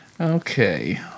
Okay